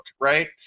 Right